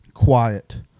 Quiet